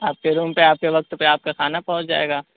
آپ کے روم پہ آپ کے وقت پہ آپ کا کھانا پہنچ جائے گا